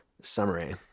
Summary